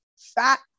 fat